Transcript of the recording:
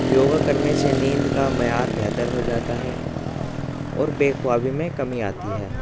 یوگا کرنے سے نیند کا معیار بہتر ہو جاتا ہے اور بےخوابی میں کمی آتی ہے